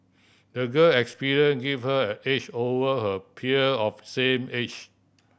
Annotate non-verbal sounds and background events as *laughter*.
the girl *unintelligible* give her an edge over her peer of same age